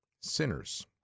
sinners